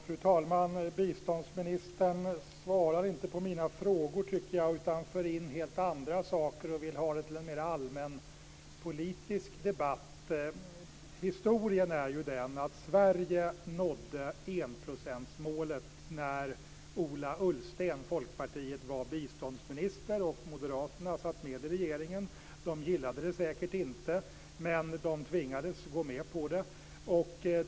Fru talman! Biståndsministern svarar inte på mina frågor, tycker jag, utan för in helt andra saker och vill ha detta till en mer allmänpolitisk debatt. Historien är ju att Sverige nådde enprocentsmålet när Ola Ullsten, Folkpartiet, var biståndsminister och Moderaterna satt med i regeringen. De gillade det säkert inte, men de tvingades gå med på det.